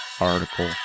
article